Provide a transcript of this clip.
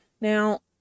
Now